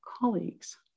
colleagues